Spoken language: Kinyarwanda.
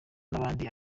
n’abandi